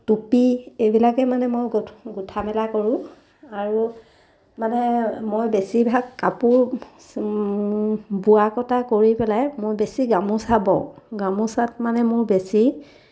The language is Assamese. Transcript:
টুপী এইবিলাকেই মানে মই গোঁঠা মেলা কৰোঁ আৰু মানে মই বেছিভাগ কাপোৰ বোৱা কটা কৰি পেলাই মই বেছি গামোচা বওঁ গামোচাত মানে মোৰ বেছি